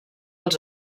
els